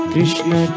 Krishna